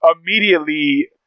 immediately